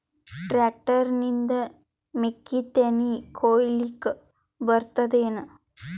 Tractor ನಿಂದ ಮೆಕ್ಕಿತೆನಿ ಕೊಯ್ಯಲಿಕ್ ಬರತದೆನ?